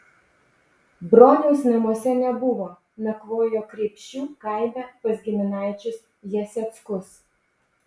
broniaus namuose nebuvo nakvojo kreipšių kaime pas giminaičius jaseckus